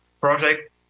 project